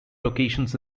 locations